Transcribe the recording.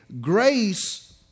grace